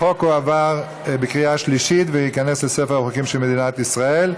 החוק עבר בקריאה שלישית וייכנס לספר החוקים של מדינת ישראל.